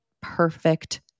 perfect